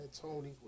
Tony